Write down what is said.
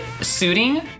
suiting